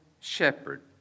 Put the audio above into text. shepherd